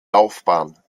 laufbahn